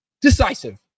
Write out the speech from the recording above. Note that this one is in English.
decisive